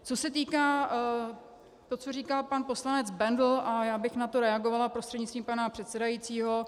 Co se týká toho, co říkal pan poslanec Bendl, a já bych na to reagovala prostřednictvím pana předsedajícího.